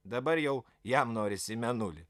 dabar jau jam norisi į mėnulį